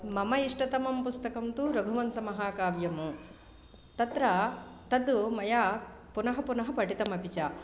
मम इष्टतमं पुस्तकं तु रघुवंशमहाकाव्यम् तत्र तत् मया पुनः पुनः पठितमपि च